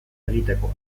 egitekoa